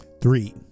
Three